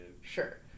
Sure